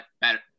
better